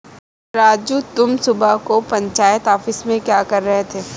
राजू तुम सुबह को पंचायत ऑफिस में क्या कर रहे थे?